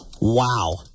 Wow